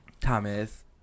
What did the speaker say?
Thomas